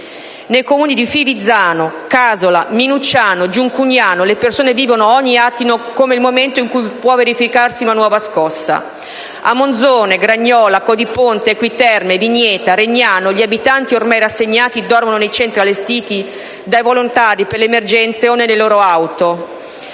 Nei Comuni di Fivizzano, Casola, Minucciano e Giuncugnano le persone vivono ogni attimo come il momento in cui può verificarsi una nuova scossa. A Monzone, Gragnola, Codiponte, Equi Terme, Vigneta e Regnano gli abitanti, ormai rassegnati, dormono nei centri allestiti dai volontari per le emergenze o nelle loro auto.